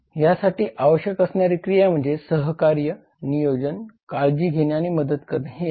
यासाठी आवश्यक असणारी क्रिया म्हणजे सहकार्य नियोजन काळजी घेणे किंवा मदत करणे हे आहे